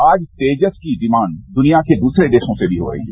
आज तेजस की डिमांड दुनिया के दूसरे देशों सेभी हो रही है